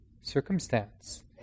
circumstance